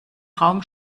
raum